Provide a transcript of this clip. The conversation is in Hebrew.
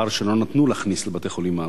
שלא נתנו להכניס לבתי-חולים בארץ.